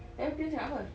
then pillion cakap apa